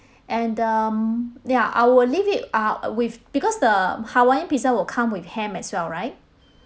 and um ya I would leave it uh with because the hawaiian pizza will come with ham as well right